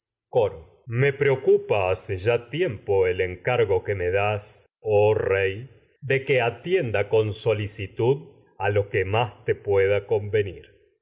me preocupa hace ya tiempo el encargo que me das oh rey de que atienda con solicitud a lo qué más te pueda convenir